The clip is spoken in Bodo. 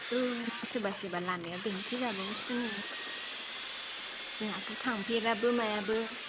औ सोरबा सोरबा लामाया बेंथे जाबावोसोनो जोहाथ' थांफेराबो मायाबो